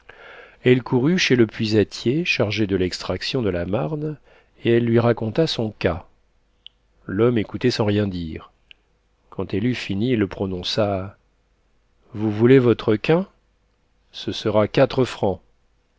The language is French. elle courut chez le puisatier chargé de l'extraction de la marne et elle lui raconta son cas l'homme écoutait sans rien dire quand elle eut fini il prononça vous voulez votre quin ce sera quatre francs